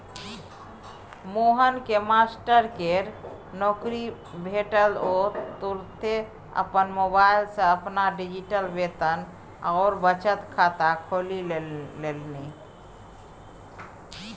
मोहनकेँ मास्टरकेर नौकरी भेटल ओ तुरते अपन मोबाइल सँ अपन डिजिटल वेतन आओर बचत खाता खोलि लेलनि